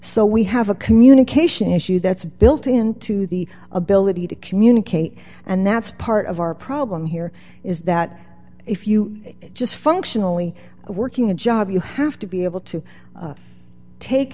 so we have a communication issue that's built into the ability to communicate and that's part of our problem here is that if you just functionally working a job you have to be able to take